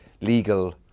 legal